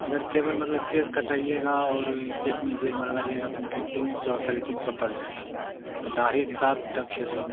अगर केवल मतलब केश कटाइएगा और केश में जेल मरवाइएगा तो उनकी तीन सौ साढ़े तीस सौ पड़ जाएगा आ दाढ़ी साथ तब छः सौ